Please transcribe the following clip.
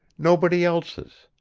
nobody else's.